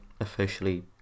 officially